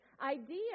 idea